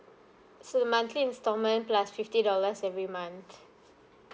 so monthly installment plus fifty dollars every month